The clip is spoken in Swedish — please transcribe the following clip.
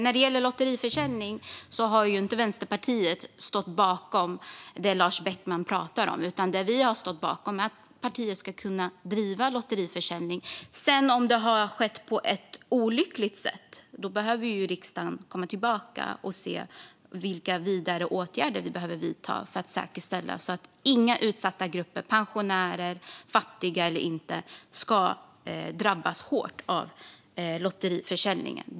Fru talman! Vänsterpartiet har inte stått bakom det Lars Beckman pratar om. Det vi har stått bakom är att partier ska kunna driva lotterier. Om detta har skett på ett olyckligt sätt behöver riksdagen vidta åtgärder för att säkerställa att inga utsatta grupper drabbas hårt av lottförsäljning.